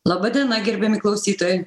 laba diena gerbiami klausytojai